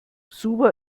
suva